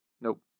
Nope